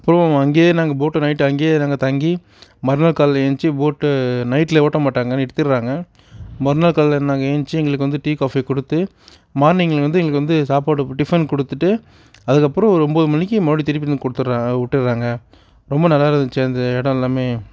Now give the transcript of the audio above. அப்புறம் அங்கேயே நாங்கள் போட்டில் நைட்டு அங்கேயே நாங்கள் தங்கி மறுநாள் காலையில் எழுந்திச்சி போட்டை நைட்டில் ஓட்ட மாட்டாங்க நிறுத்திவிட்றாங்க மறுநாள் காலையில் நாங்கள் எழுந்திச்சி எங்களுக்கு டீ காஃபி கொடுத்து மார்னிங்கில் வந்து எங்களுக்கு வந்து சாப்பாடு டிஃபன் கொடுத்துட்டு அதுக்கு அப்புறம் ஒரு ஒம்பது மணிக்கு மறுபடியும் திருப்பி கொடுத்துட்றாங்க விட்டுடுறாங்க ரொம்ப நல்லா இருந்துச்சு அந்த இடம் எல்லாமே